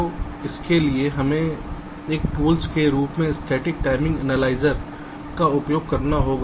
तो इसके लिए हमें एक टूल के रूप में स्टेटिक टाइमिंग एनालाइज़र का उपयोग करना होगा